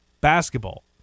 basketball